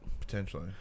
Potentially